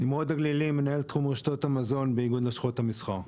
נמרוד הגלילי מנהל תחום רשתות המזון באיגוד לשכות המסחר.